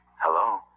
Hello